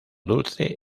dulce